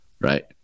right